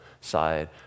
side